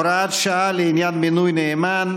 (הוראת שעה לעניין מינוי נאמן),